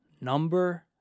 number